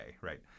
right